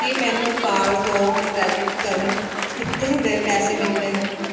ਕੀ ਮੈਨੂੰ ਅਕਾਲ ਤੋਂ ਕ੍ਰੈਡਿਟ ਕਰਨ ਕੀਤੇ ਗਏ ਪੈਸੇ ਮਿਲ ਗਏ ਹਨ